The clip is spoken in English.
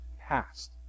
past